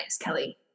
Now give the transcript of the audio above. Kelly